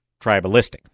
tribalistic